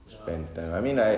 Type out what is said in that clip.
ya sp~